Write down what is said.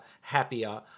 happier